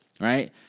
right